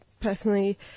personally